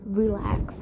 relax